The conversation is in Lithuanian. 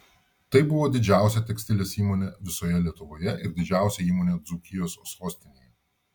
tai buvo didžiausia tekstilės įmonė visoje lietuvoje ir didžiausia įmonė dzūkijos sostinėje